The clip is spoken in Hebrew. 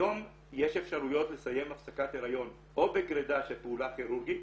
היום יש אפשרויות לסיים הפסקת הריון או בגרידה של פעולה כירורגית